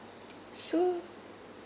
so